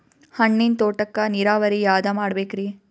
ಹಣ್ಣಿನ್ ತೋಟಕ್ಕ ನೀರಾವರಿ ಯಾದ ಮಾಡಬೇಕ್ರಿ?